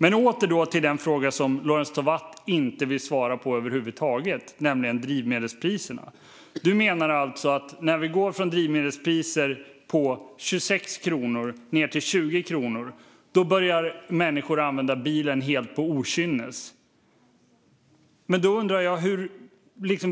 Men åter till den fråga som Lorentz Tovatt inte vill svara på över huvud taget, nämligen drivmedelspriserna. Du, Lorentz Tovatt, menar alltså att när drivmedelspriserna går från 26 kronor ned till 20 kronor börjar människor att använda bilen på rent okynne. Då undrar jag